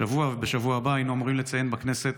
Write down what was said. השבוע ובשבוע הבא היינו אמורים לציין בכנסת